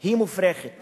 היא מופרכת